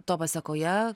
to pasekoje